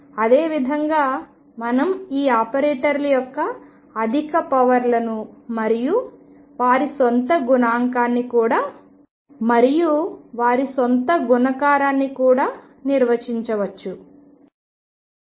అదే విధంగామనం ఈ ఆపరేటర్ల యొక్క అధిక పవర్ లను మరియు వారి సొంత గుణకారాన్ని కూడా నిర్వచించవచ్చు